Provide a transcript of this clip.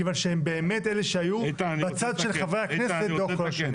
מכיוון שהם באמת אלו שהיו בצד של חברי הכנסת לאורך כל השנים.